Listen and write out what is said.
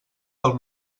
del